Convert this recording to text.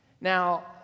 Now